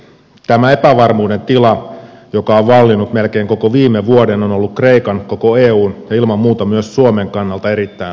tämä epävarmuuden tila joka on vallinnut melkein koko viime vuoden on ollut kreikan koko eun ja ilman muuta myös suomen kannalta erittäin haitallista